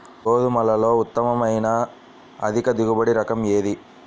గోధుమలలో ఉత్తమమైన అధిక దిగుబడి రకం ఏది?